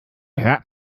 hört